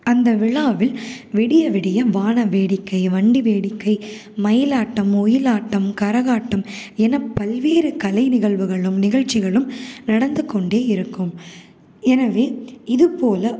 அந்த விழாவில் விடிய விடிய வான வேடிக்கை வண்டி வேடிக்கை மயிலாட்டம் ஒயிலாட்டம் கரகாட்டம் என பல்வேறு கலை நிகழ்வுகளும் நிகழ்ச்சிகளும் நடந்து கொண்டே இருக்கும் எனவே இதுப்போல